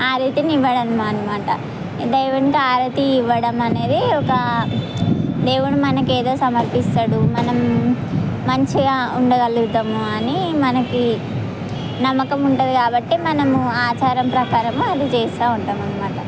హారతి ఇవ్వడం అన్నమాట దేవునికి హారతి ఇవ్వడం అనేది ఒక దేవుడు మనకి ఏదో సమర్పిస్తాడు మనం మంచిగా ఉండగలుగుతాము అని మనకి నమ్మకం ఉంటుంది కాబట్టి మనము ఆచారం ప్రకారము అది చేస్తు ఉంటాం అన్నమాట